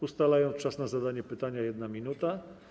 Ustalam czas na zadanie pytania - 1 minuta.